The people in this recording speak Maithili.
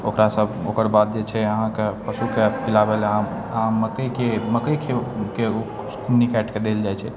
ओकरा सब ओकर बाद जे छै अहाँके पशुके खिलाबैलए अहाँ मकइके ओ कुन्नी काटिके देल जाइ छै